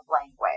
language